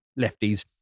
lefties